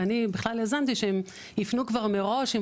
ואני בכלל יזמתי שהם יפנו כבר מראש עם